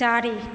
चारि